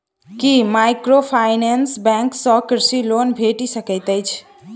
की microfinance bank सँ कृषि loan भेटि सकैत अछि?